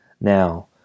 Now